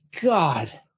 God